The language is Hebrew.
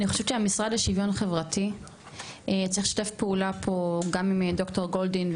אני חושבת שהמשרד לשוויון חברתי צריך לשתף פעולה פה גם עם ד"ר גולדין,